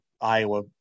iowa